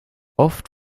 oft